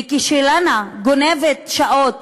וכשלאנה גונבת שעות